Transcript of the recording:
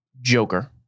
Joker